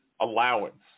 allowance